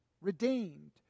redeemed